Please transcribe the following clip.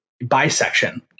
bisection